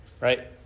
right